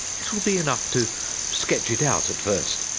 it will be enough to sketch it out at first,